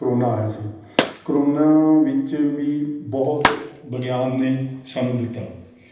corona ਆਇਆ ਸੀ corona ਵਿੱਚ ਵੀ ਬਹੁਤ ਵਿਗਿਆਨ ਨੇ ਸਾਨੂੰ ਦਿੱਤਾ